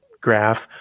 graph